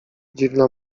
dziwna